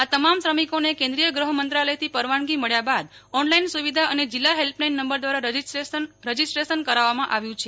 આ તમામ શ્રમિકોને કેન્દ્રિય ગૃહમંત્રાલયથી પરવાનગી મળ્યા બાદ ઓનલાઇન સુવિધા અને જિલ્લા હેલ્પલાઇન નંબર દ્વારા રજીસ્ટ્રેશન કરવામાં આવ્યું છે